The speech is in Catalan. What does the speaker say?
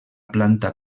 planta